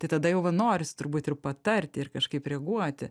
tai tada jau va norisi turbūt ir patarti ir kažkaip reaguoti